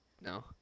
No